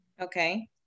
Okay